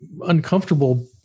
uncomfortable